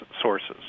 sources